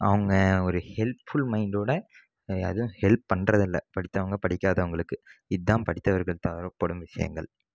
அவங்க ஒரு ஹெல்ப்ஃபுல் மைண்டோடு ஏதும் ஹெல்ப் பண்ணுறது இல்லை படித்தவங்க படிக்காதவங்களுக்கு இதுதான் படித்தவர்கள் தவரப்படும் விஷயங்கள்